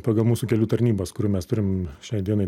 pagal mūsų kelių tarnybas kurių mes turim šiai dienai